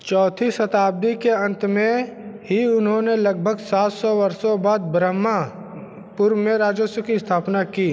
चौथी शताब्दी के अंत में ही उन्होंने लगभग सात सौ वर्षों के बाद ब्रह्मापुर में राजस्व की स्थापना की